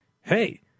Hey